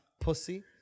pussy